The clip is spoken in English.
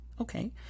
okay